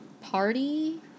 party